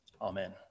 Amen